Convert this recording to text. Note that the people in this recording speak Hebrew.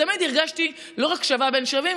תמיד הרגשתי לא רק שווה בין שווים,